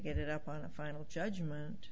get it up on a final judgment